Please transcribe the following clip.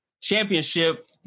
championship